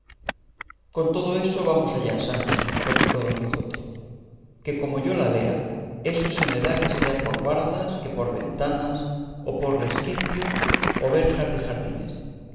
con todo eso vamos allá sancho replicó don quijote que como yo la vea eso se me da que sea por bardas que por ventanas o por resquicios o verjas de jardines